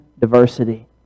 Diversity